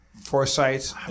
foresight